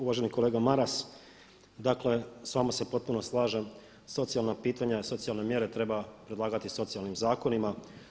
Uvaženi kolega Maras, dakle s vama se potpuno slažem, socijalna pitanja, socijalne mjere treba predlagati socijalnim zakonima.